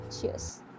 Cheers